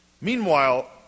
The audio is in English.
Meanwhile